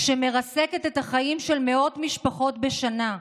שמרסקת את החיים של מאות משפחות בשנה.